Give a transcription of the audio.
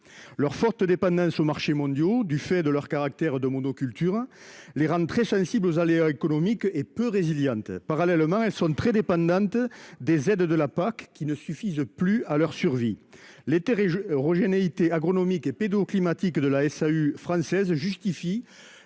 leur forte dépendance aux marchés mondiaux du fait de leur caractère de monoculture les rames très sensible aux aléas économiques et peu résilientes, parallèlement, elles sont très dépendantes des aides de la PAC qui ne suffisent plus à leur survie. Les terribles Roger n'ait été agronomique et pédo-climatiques de la SAU française justifie